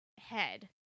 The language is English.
head